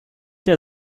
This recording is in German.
der